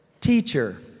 teacher